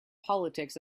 politics